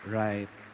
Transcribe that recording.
right